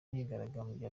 imyigaragambyo